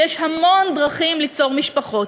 ויש המון דרכים ליצור משפחות.